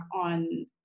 on